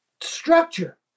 structure